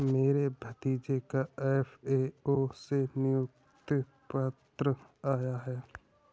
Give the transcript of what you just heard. मेरे भतीजे का एफ.ए.ओ से नियुक्ति पत्र आया है